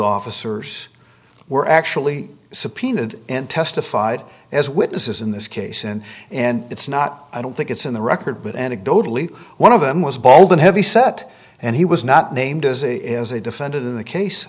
officers were actually subpoenaed and testified as witnesses in this case and and it's not i don't think it's in the record but anecdotally one of them was baldwin heavyset and he was not named as a as a defendant in the case